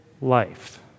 life